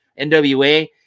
NWA